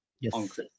Yes